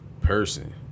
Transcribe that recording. person